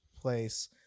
place